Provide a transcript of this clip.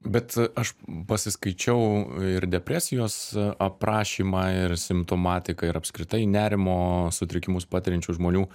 bet aš pasiskaičiau ir depresijos aprašymą ir simptomatiką ir apskritai nerimo sutrikimus patiriančių žmonių